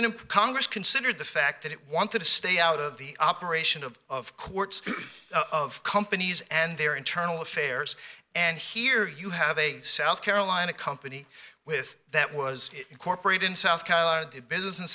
imprint congress considered the fact that it wanted to stay out of the operation of of courts of companies and their internal affairs and here you have a south carolina company with that was incorporated in south carolina business